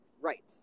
Right